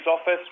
office